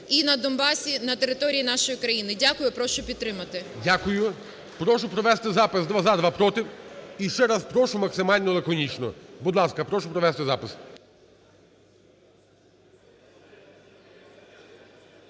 і на Донбасі, на території нашої країни. Дякую. Прошу підтримати. ГОЛОВУЮЧИЙ. Дякую. Прошу провести запис: два – за, два – проти. І ще раз прошу максимально лаконічно. Будь ласка, прошу провести запис.